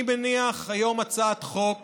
אני מניח היום הצעת חוק